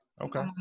Okay